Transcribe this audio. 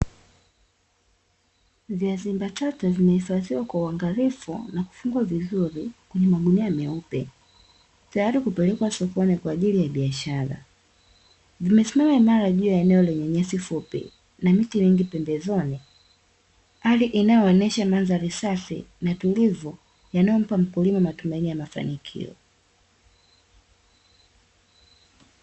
Viazi mbatata vimehifadhiwa kwa uangalifu na kufungwa vizuri kwenye magunia meupe, tayari kupelekwa sokoni kwa ajili ya biashara. Vimesimama imara juu ya eneo lenye nyasi fupi, na miti mingi pembezoni, hali inayoonyesha mandhari safi na tulivu yanayompa mkulima matumaini ya mafanikio.